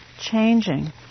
changing